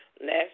Last